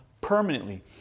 permanently